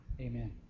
Amen